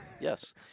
Yes